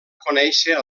conèixer